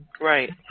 Right